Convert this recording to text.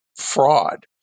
fraud